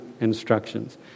instructions